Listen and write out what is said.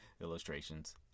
illustrations